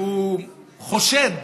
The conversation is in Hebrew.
הוא חושד